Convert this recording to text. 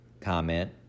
comment